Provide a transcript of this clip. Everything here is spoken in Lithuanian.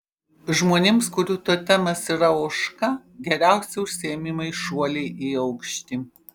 žmonėms kurių totemas yra ožka geriausi užsiėmimai šuoliai į aukštį